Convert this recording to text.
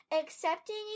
accepting